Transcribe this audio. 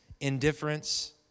Indifference